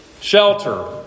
shelter